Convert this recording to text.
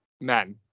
men